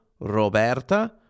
Roberta